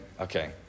Okay